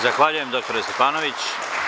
Zahvaljujem, dr Stefanović.